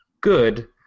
Good